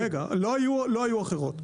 רגע, לא היו אחרות.